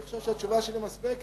אני חושב שהתשובה שלי מספקת.